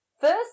First